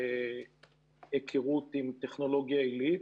בהכרות עם טכנולוגיה עילית.